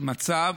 במצב